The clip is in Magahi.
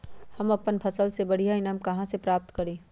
हम अपन फसल से बढ़िया ईनाम कहाँ से प्राप्त करी?